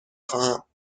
خواهم